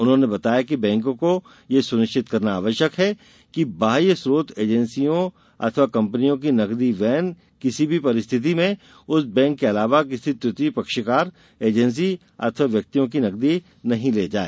उन्होंने बताया कि बैंकों को यह सुनिश्चित करना आवश्यक है कि बाहय स्त्रोत एजेंसियों अथवा कंपनियों की नकदी वैन किसी भी परिस्थिति में उस बैंक के अलावा किसी तृतीय पक्षकार एजेंसी अथवा व्यक्तियों की नकदी नहीं ले जाए